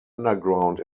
underground